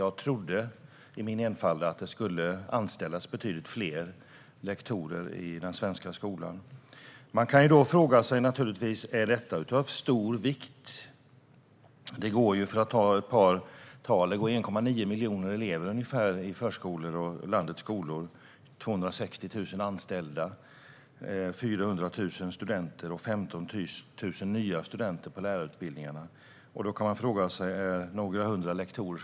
Jag trodde i min enfald att det skulle anställas betydligt fler lektorer i den svenska skolan. Man kan fråga sig: Är detta av stor vikt? Det går ungefär 1,9 miljoner elever i landets förskolor och skolor. Det är 260 000 anställda där, det finns 400 000 studenter totalt och det går 15 000 nya studenter på lärarutbildningarna. Är det då viktigt med några hundra lektorer?